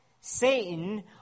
Satan